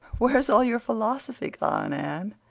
where's all your philosophy gone, anne?